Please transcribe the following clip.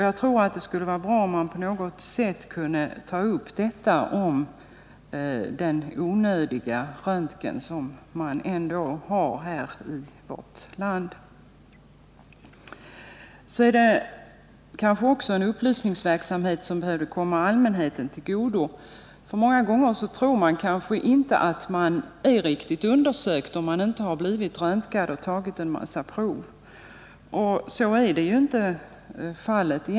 Jag tror att det skulle vara bra om man på något sätt kunde ta upp den onödiga röntgen som ändå förekommer i vårt land. Upplysningsverksamheten borde kanske också komma allmänheten till del. Många gånger tror man inte att man är riktigt undersökt om man inte har blivit röntgad. Så är egentligen inte fallet.